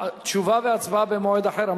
תשובה והצבעה במועד אחר.